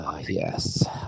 Yes